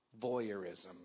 voyeurism